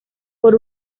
por